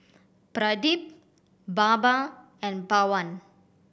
Pradip Baba and Pawan